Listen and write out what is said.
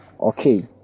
Okay